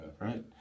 right